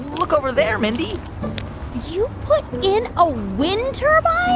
look over there, mindy you put in a wind turbine?